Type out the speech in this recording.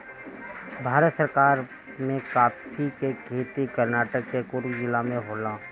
भारत में काफी के खेती कर्नाटक के कुर्ग जिला में होला